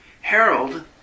Harold